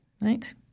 right